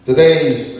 Today's